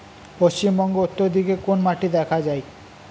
পশ্চিমবঙ্গ উত্তর দিকে কোন মাটি দেখা যায়?